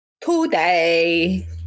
Today